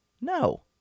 No